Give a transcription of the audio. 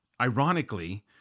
ironically